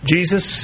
Jesus